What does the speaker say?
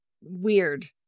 weird